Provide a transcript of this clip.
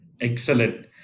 excellent